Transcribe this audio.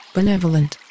Benevolent